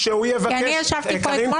כי אני ישבתי פה אתמול,